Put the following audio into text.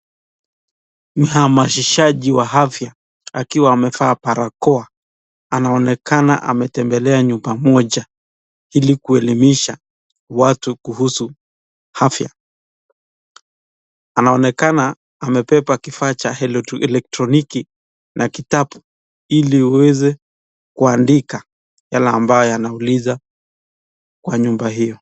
Mhamasishaji wa afya akiwa amevaa barakoa anaonekana ametembelea nyumba moja ili kuelimisha watu kuhusu afya. Anaonekana amebeba kifaa cha elektroniki na kitabu ili aweze kuandika yale ambayo anauliza kwa nyumba hiyo.